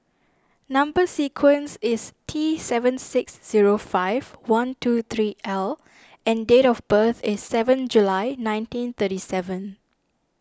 Number Sequence is T seven six zero five one two three L and date of birth is seven July nineteen thirty seven